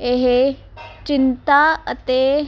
ਇਹ ਚਿੰਤਾ ਅਤੇ